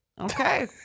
Okay